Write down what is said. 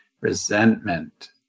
resentment